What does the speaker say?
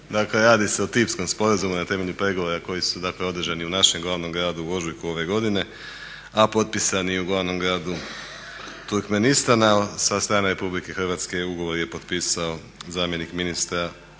radi se o tipskom sporazumu na temelju pregovora koji su dakle održani u našem glavnom gradu u ožujku ove godine, a potpisani u glavnom gradu Turkmenistana. Sa strane Republike Hrvatske ugovor je potpisao zamjenik ministrice